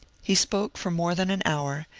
he spoke for more than an hour,